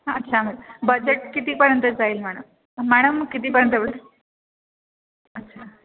अच्छा बजेट कितीपर्यंत जाईल मॅडम मॅडम कितीपर्यंत अच्छा